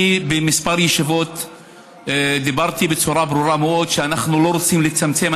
דיברתי בכמה ישיבות בצורה ברורה מאוד שאנחנו לא רוצים לצמצם,